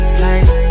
place